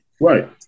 Right